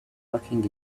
walking